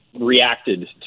reacted